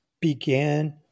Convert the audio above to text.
began